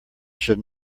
should